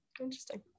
interesting